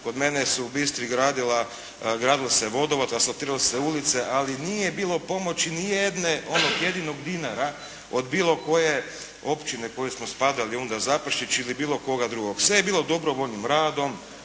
kod mene su u Bistri gradio se vodovod, asfaltirale su se ulice, ali nije bilo pomoći, nijedne, onog jedinog dinara od bilo koje općine u koju smo spadali onda, Zaprešić ili bilo koga drugog. Sve je bilo dobrovoljnim radom,